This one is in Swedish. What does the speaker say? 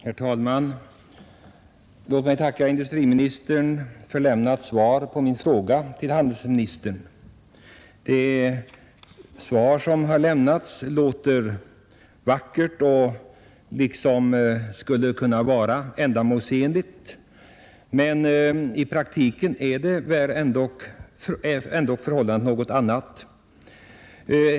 Herr talman! Låt mig tacka industriministern för lämnat svar på min fråga till handelsministern. Svaret låter vackert och det kan verka som om de redovisade åtgärderna skulle vara ändamålsenliga, men i praktiken är förhållandena ändock något annorlunda.